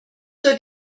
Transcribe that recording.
zur